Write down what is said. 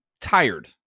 tired